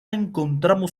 encontramos